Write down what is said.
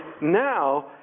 now